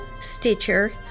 Stitcher